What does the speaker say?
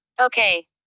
Okay